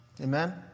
Amen